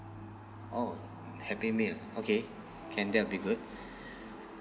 oh happy meal okay can that'll be good